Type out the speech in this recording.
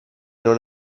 non